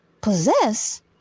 possess